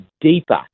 Deeper